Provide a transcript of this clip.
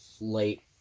late